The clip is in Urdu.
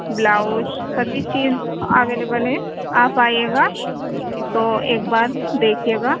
بلاؤز سبھی چیز اویلیبل ہے آپ آئیے گا تو ایک بار دیکھیے گا